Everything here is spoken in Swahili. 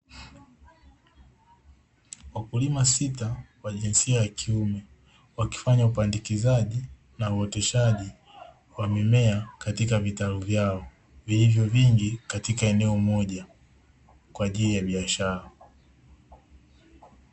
Wakulima sita wa jinsia ya kiume wakifanya upandikizaji na uoteshaji wa mimea katika vitalu vyao vilivyo vingi katika eneo moja, kwa ajili ya biashara.